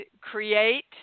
create